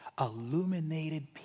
illuminated